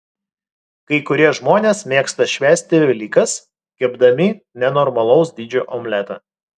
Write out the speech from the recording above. kai kurie žmonės mėgsta švęsti velykas kepdami nenormalaus dydžio omletą